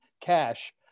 cash